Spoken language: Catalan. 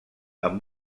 amb